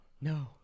no